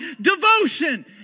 devotion